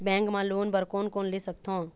Bank मा loan बर कोन कोन ले सकथों?